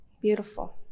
Beautiful